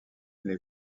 les